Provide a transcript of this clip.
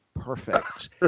perfect